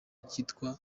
cyitwa